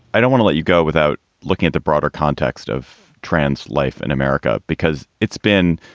i don't wanna let you go without looking at the broader context of trends. life in america, because it's been,